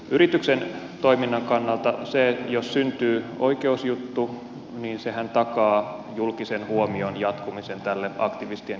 yrityksen toiminnan kannalta jos syntyy oikeusjuttu niin sehän takaa julkisen huomion jatkumisen tälle aktivistien esittämälle kritiikille